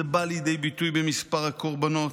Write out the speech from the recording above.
זה בא לידי ביטוי במספר הקורבנות.